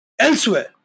elsewhere